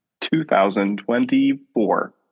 2024